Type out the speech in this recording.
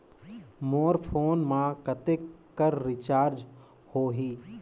मोर phone मा कतेक कर रिचार्ज हो ही?